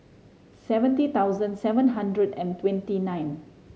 seventy thousand seven hundred and twenty nine